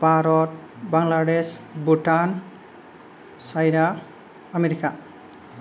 Bharat Bangladesh Bhutan China America